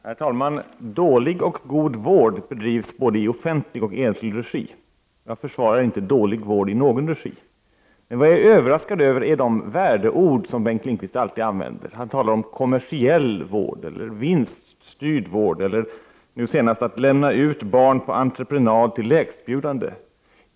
Herr talman! Dålig och god vård bedrivs i både offentlig och enskild regi. Jag försvarar inte dålig vård i någon regi, men jag är överraskad över de värdeord som Bengt Lindqvist alltid använder. Han talar om kommersiell vård och om vinststyrd vård eller nu senast om att lämna ut barn på entreprenad till lägstbjudande.